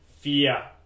fear